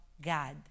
God